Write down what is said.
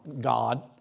God